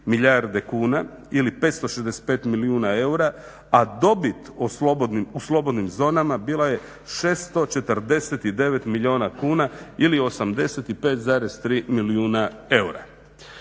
milijarde kuna ili 565 milijuna eura, a dobit u slobodnim zonama bila je 649 milijuna kuna ili 85,3 milijuna eura.